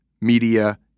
media